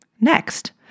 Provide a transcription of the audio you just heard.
Next